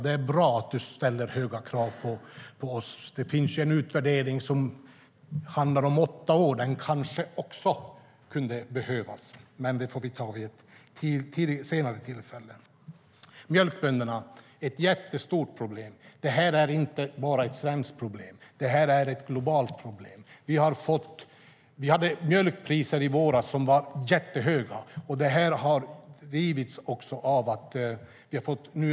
Det är bra att du ställer höga krav på oss. Det finns en utvärdering som rör åtta år som också kan behövas. Den får vi ta vid ett senare tillfälle. Vad gäller mjölkbönderna har vi ett stort problem. Det här är inte bara ett svenskt problem, utan det är ett globalt problem. Mjölkpriserna i våras var höga.